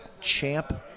Champ